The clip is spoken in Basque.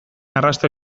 arrastoa